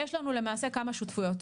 יש לנו למעשה כמה שותפויות,